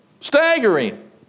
staggering